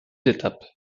étapes